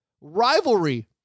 rivalry